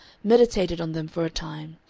meditated on them for a time,